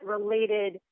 related